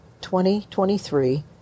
2023